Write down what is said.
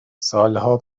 سالها